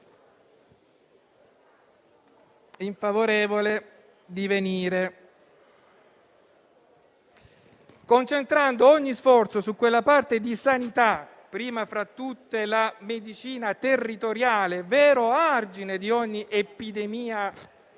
in favorevole divenire, concentrando ogni sforzo su quella parte di sanità, prima fra tutte la medicina territoriale (vero argine di ogni epidemia